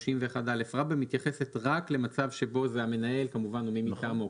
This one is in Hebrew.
31א מתייחסת רק למצב שבו זה המנהל כמובן או מי מטעמו.